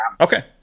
Okay